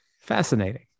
Fascinating